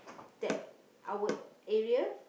there our area